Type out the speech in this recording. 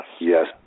Yes